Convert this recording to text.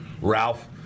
ralph